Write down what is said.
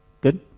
Good